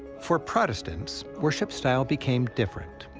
for protestants, worship style became different.